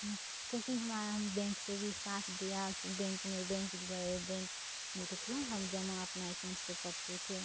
क्योंकि हां हम बैंक से भी साथ दिया तो बेंक में बेंक जो गए बेंक में रुपिया हम जमा अपना एकाउन्ट से करते थे